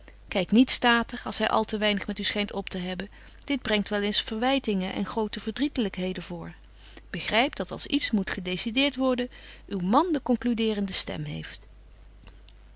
kyk niet statig als hy al te weinig met u schynt op te hebben dit brengt wel eens verwytingen en grote verdrietelykheden voort begryp dat als iets moet gedecideert worden uw man de concluderende stem heeft